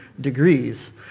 Degrees